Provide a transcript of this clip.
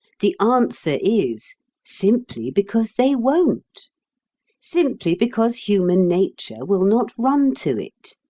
the answer is simply because they won't simply because human nature will not run to it.